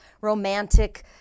romantic